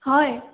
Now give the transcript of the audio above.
হয়